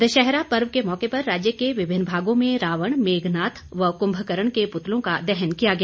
दशहरा पर्व के मौके पर राज्य के विभिन्न भागों में रावण मेघनाथ व कुंभकरण के पुतलों का दहन किया गया